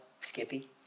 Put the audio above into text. skippy